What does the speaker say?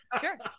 Sure